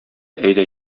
әйдә